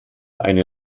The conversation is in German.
eine